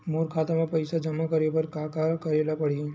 मोर खाता म पईसा जमा करे बर का का करे ल पड़हि?